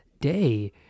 day